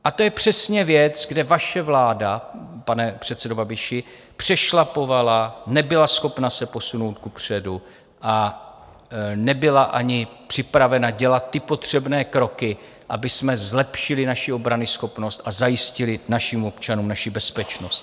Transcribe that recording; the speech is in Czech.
A to je přesně věc, kde vaše vláda, pane předsedo Babiši, přešlapovala, nebyla schopna se posunout kupředu a nebyla ani připravena dělat potřebné kroky, abychom zlepšili naši obranyschopnost a zajistili našim občanům naši bezpečnost.